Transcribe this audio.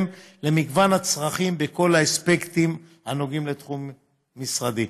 למגוון הצרכים בכל האספקטים הנוגעים לתחום משרדי.